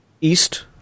east